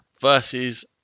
versus